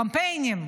קמפיינים.